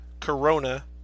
Corona